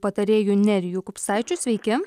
patarėju neriju kupstaičiu sveiki